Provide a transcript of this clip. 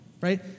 right